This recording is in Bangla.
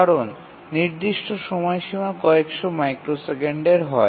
কারণ নির্দিষ্ট সময়সীমা কয়েকশো মাইক্রোসেকেন্ডের হয়